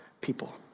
people